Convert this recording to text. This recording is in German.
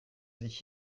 sich